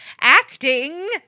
Acting